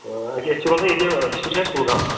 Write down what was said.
أسۍ چھِ روزان ییٚتہِ ڈِسٹِک چھِ اَسہِ کُلگام